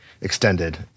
extended